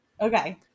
Okay